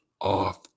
off